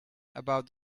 about